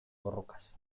borrokaz